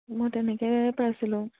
মই তেনেকে পাইছিলোঁ